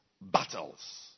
Battles